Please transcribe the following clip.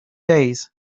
days